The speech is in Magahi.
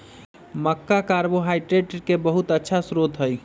मक्का कार्बोहाइड्रेट के बहुत अच्छा स्रोत हई